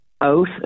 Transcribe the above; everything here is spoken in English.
oath